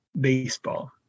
baseball